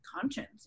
conscience